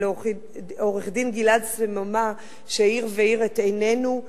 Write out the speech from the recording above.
ולעו"ד גלעד סממה שהעיר והאיר את עינינו.